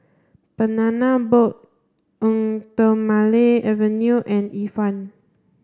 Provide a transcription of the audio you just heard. Banana Boat Eau Thermale Avene and Ifan